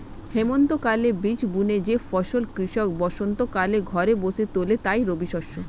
হেমন্তকালে বীজ বুনে যে ফসল কৃষক বসন্তকালে ঘরে তোলে তাই রবিশস্য